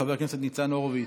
חבר הכנסת ניצן הורוביץ,